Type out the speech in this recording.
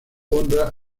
honra